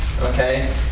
Okay